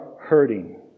hurting